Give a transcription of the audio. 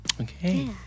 Okay